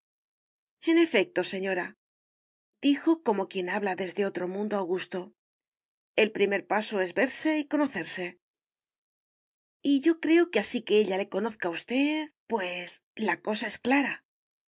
en efecto señoradijo como quien habla desde otro mundo augusto el primer paso es verse y conocerse y yo creo que así que ella le conozca a usted pues la cosa es clara